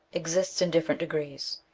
exists in different degrees.